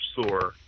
store